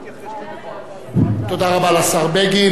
לשר בגין.